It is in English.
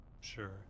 Sure